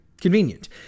Convenient